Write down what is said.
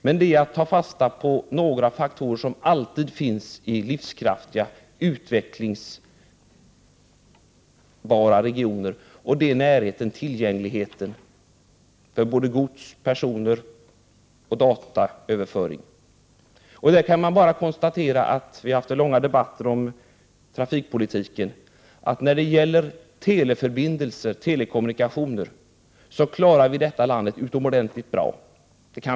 Det gäller att ta fasta på några faktorer som alltid finns i livskraftiga utvecklingsbara regioner — närheten och tillgängligheten av gods, personer och dataöverföring. Vi har haft långa debatter om trafikpolitiken. När det gäller telekommunikationer klarar vi oss utomordentligt bra i detta land.